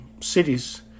cities